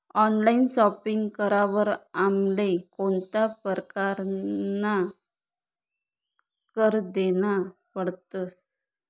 Online shopping करावर आमले कोणता परकारना कर देना पडतस?